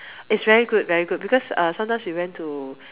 it's very good very good because uh sometimes we went to